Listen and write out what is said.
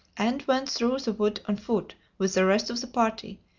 and went through the wood on foot with the rest of the party,